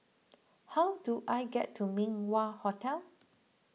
how do I get to Min Wah Hotel